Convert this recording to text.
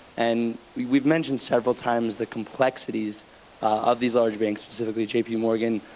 and we've mentioned several times the complexities of these large banks, specifically jpmorgan,